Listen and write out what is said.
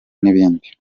n’ibindi